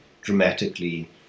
dramatically